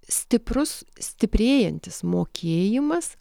stiprus stiprėjantis mokėjimas